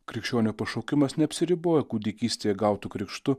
krikščionio pašaukimas neapsiriboja kūdikystėje gautu krikštu